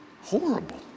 horrible